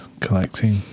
collecting